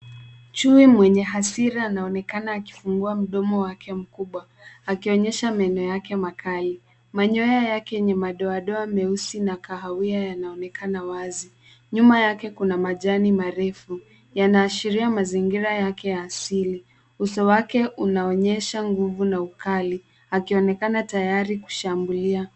Chui mwenye hasira anaonekana akifungua mdomo, wake mkubwa. Akionyesha meno yake makali. Manyoya yake yenye madoadoa meusi, na kahawia yanaonekana wazi. Nyuma yake kuna majani marefu. Yanaashiria mazingira yake ya asili. Uso wake unaonyesha nguvu na ukali, akionekana tayari kushambulia.